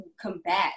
combat